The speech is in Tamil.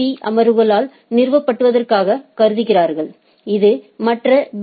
பீ அமர்வுகளால் நிறுவப்பட்டிருப்பதாகக் கருதுகிறார் இது மற்ற பி